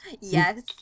Yes